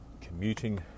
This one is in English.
commuting